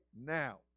now